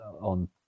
on